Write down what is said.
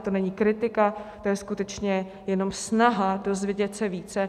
To není kritika, to je skutečně jenom snaha se dozvědět více.